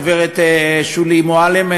הגברת שולי מועלם,